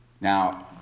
Now